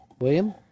William